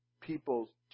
people